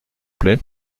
plaît